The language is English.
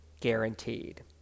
guaranteed